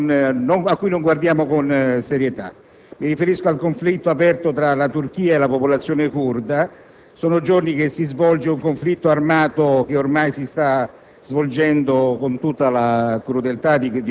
nella concitata situazione in cui ci troviamo, non guardiamo con serietà. Mi riferisco al conflitto aperto tra la Turchia e la popolazione curda. Sono giorni che si svolge un conflitto in armi, il quale ormai si sta